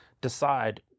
decide